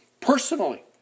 personally